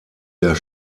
der